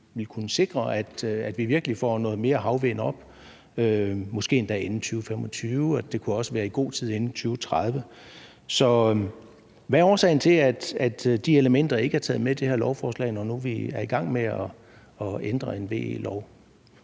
at vi virkelig får nogle flere havvindmøller op, måske endda inden 2025 – og det kunne også være i god tid inden 2030. Så hvad er årsagen til, at de elementer ikke er taget med i det her lovforslag, når nu vi er i gang med at ændre en VE-lov?